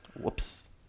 Whoops